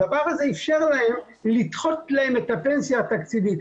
הדבר הזה אפשר לדחות להם את הפנסיה התקציבית,